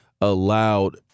allowed